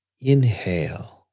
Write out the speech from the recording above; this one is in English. Inhale